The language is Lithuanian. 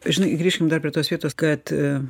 žinai grįžkim dar prie tos vietos kad